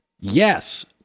Yes